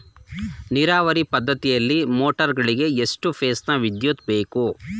ನೀರಾವರಿ ಪದ್ಧತಿಯಲ್ಲಿ ಮೋಟಾರ್ ಗಳಿಗೆ ಎಷ್ಟು ಫೇಸ್ ನ ವಿದ್ಯುತ್ ಬೇಕು?